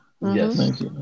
Yes